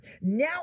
now